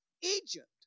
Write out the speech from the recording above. Egypt